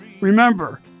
remember